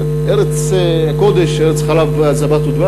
כן, ארץ הקודש, ארץ זבת חלב ודבש.